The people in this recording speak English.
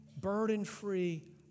burden-free